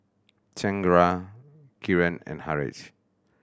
Chengara Kiran and Haresh